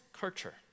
culture